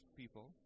people